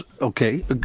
Okay